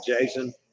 Jason